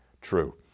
True